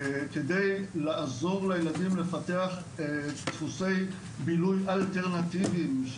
כדי לעזור לילדים לפתח דפוסי בילוי אלטרנטיביים,